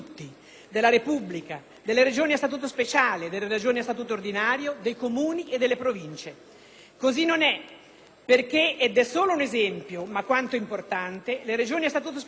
Così non è, perché - è solo un esempio, ma quanto importante - le Regioni a Statuto speciale restano lì con tutti i loro problemi e privilegi e nello sforzo solidaristico non sono coinvolte.